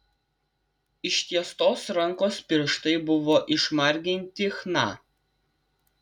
ištiestos rankos pirštai buvo išmarginti chna